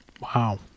Wow